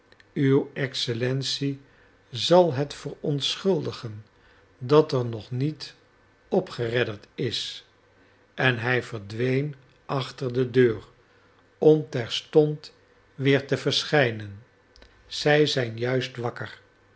uw excellentie zal het verontschuldigen dat er nog niet opgeredderd is en hij verdween achter de deur om terstond weer te verschijnen zij zijn juist wakker